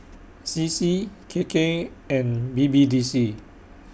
C C K K and B B D C